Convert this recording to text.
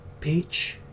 Peach